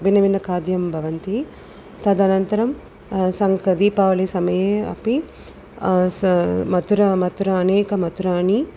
भिन्न भिन्न खाद्यं भवन्ति तदनन्तरम् सङ्क् दीपावलिसमये अपि स मधुर मधुरम् अनेके मधुराणि